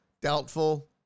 doubtful